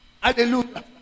Hallelujah